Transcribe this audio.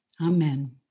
Amen